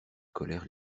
colères